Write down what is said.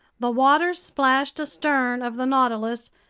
the waters splashed astern of the nautilus,